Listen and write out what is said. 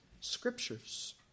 scriptures